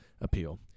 appeal